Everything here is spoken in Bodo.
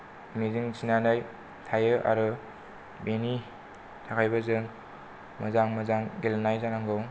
मिजिं थिनानै थायो आरो बेनि थाखायबो जों मोजां मोजां गेलेनाय जानांगौ